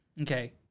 Okay